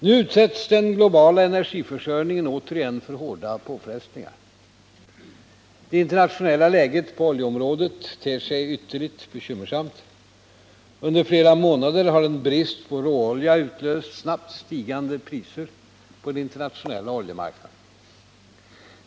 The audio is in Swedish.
Nu utsätts den globala energiförsörjningen återigen för hårda påfrestningar. Det internationella läget på oljeområdet ter sig ytterligt bekymmersamt. Under flera månader har en brist på råolja utlöst snabbt stigande priser på den internationella oljemarknaden.